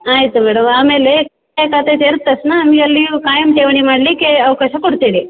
ಆಯಿತು ಮೇಡಮ್ ಆಮೇಲೆ ಖಾಯಂ ಖಾತೆ ಸೇರಿದ ತಕ್ಷಣ ನಮಗೆ ಅಲ್ಲಿ ಖಾಯಂ ಠೇವಣಿ ಮಾಡಲಿಕ್ಕೆ ಅವಕಾಶ ಕೊಡ್ತಿರಿ